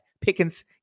Pickens